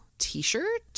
T-shirt